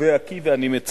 קובע כי: